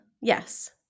Yes